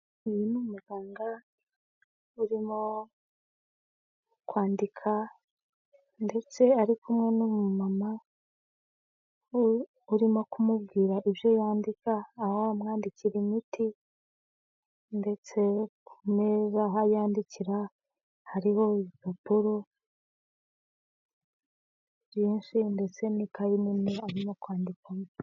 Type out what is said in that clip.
Uyu n'umuganga urimo kwandika ndetse ari kumwe n'umu mama urimo kumubwira ibyo yandika, aho amwandikira imiti ndetse ku meza aho yandikira hariho ibipapuro byinshi ndetse n'ikayi arimo kwandikamo.